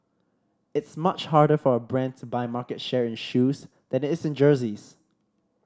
it's much harder for a brand to buy market share in shoes than it is in jerseys